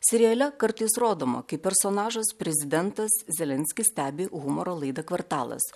seriale kartais rodoma kaip personažas prezidentas zelenskis stebi humoro laidą kvartalas